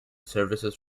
services